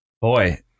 boy